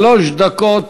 שלוש דקות